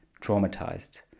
traumatized